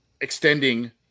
extending